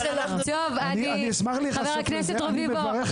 אני אשמח להיחשף לזה, אני מברך אתכם על כך.